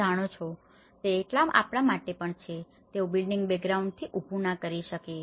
તમે જાણો છો તે એટલા માટે પણ છે કે તેઓ બિલ્ડિંગ બેકગ્રાઉન્ડથી ઉભું ના કરી શકે